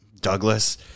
douglas